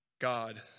God